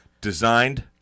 designed